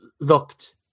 looked